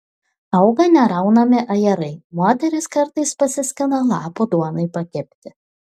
auga neraunami ajerai moterys kartais pasiskina lapų duonai pakepti